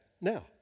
Now